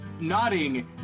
nodding